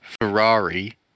Ferrari